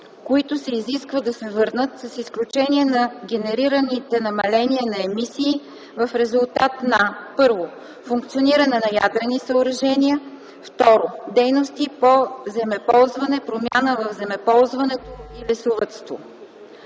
които се изисква да върнат, с изключение на генерираните намаления на емисии в резултат на: 1. функциониране на ядрени съоръжения; 2. дейности по земеползване, промяна в земеползването и лесовъдство.”